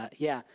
yeah,